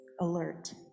alert